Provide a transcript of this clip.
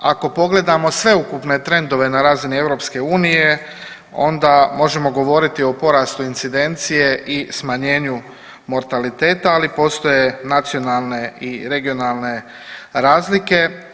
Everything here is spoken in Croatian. Ako pogledamo sveukupne trendove na razini EU onda možemo govoriti o porastu incidencije i smanjenju mortaliteta, ali postoje nacionalne i regionalne razlike.